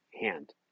hand